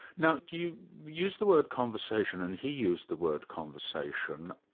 now you use the word conversation, and he used the word conversation.